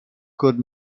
good